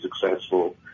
successful